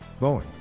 Boeing